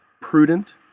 prudent